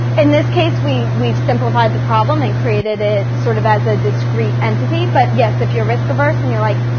in this case, we we've simplified the problem and created it sort of as a discrete entity, but, yes, if you're risk averse and you're like,